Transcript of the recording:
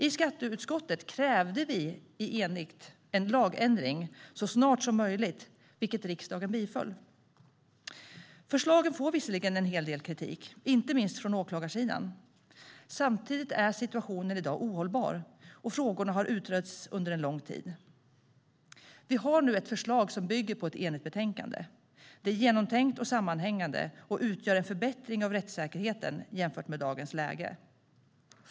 I skatteutskottet krävde vi enigt en lagändring så snart som möjligt, vilket riksdagen biföll. Förslaget får visserligen en hel del kritik, inte minst från åklagarsidan. Samtidigt är situationen i dag ohållbar, och frågorna har utretts under lång tid. Vi har nu ett förslag som bygger på ett enigt betänkande. Det är genomtänkt och sammanhängande och utgör en förbättring av rättssäkerheten jämfört med dagens läge.